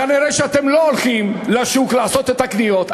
כנראה אתם לא הולכים לשוק לעשות את הקניות.